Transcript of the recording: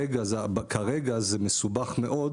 כרגע זה מסובך מאוד,